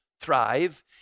Thrive